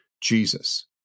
Jesus